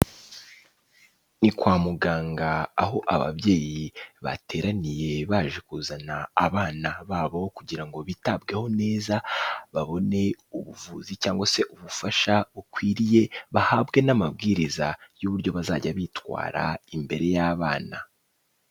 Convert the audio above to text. Ni kwa muganga aho ababyeyi bateraniye baje kuzana abana babo kugira ngo bitabweho neza, babone ubuvuzi cyangwa se ubufasha bukwiriye, bahabwe n'amabwiriza y'uburyo bazajya bitwara imbere y'abana.